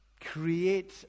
Create